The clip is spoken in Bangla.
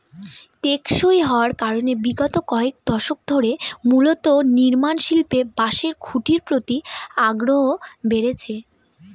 টেকসই হওয়ার কারনে বিগত কয়েক দশক ধরে মূলত নির্মাণশিল্পে বাঁশের খুঁটির প্রতি আগ্রহ বেড়েছে